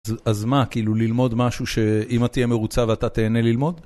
אז מה, כאילו ללמוד משהו שאמא תהיה מרוצה ואתה תהנה ללמוד?